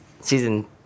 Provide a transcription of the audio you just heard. Season